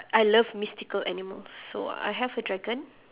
I love mystical animals so I'll have a dragon